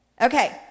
Okay